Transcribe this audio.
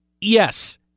yes